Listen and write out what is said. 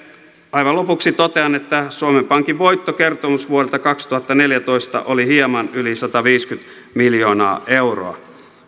aivan lopuksi totean että suomen pankin voitto kertomusvuodelta kaksituhattaneljätoista oli hieman yli sataviisikymmentä miljoonaa euroa